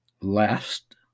last